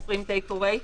אוסרים טייק אוויי.